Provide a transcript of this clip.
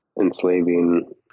enslaving